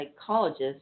psychologist